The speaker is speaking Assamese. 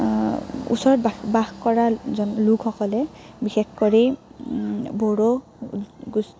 ওচৰত ব বাস কৰা লোকসকলে বিশেষ কৰি বড়ো